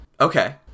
Okay